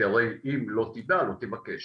כי הרי אם לא תדע אתה לא תבקש,